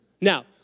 Now